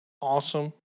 awesome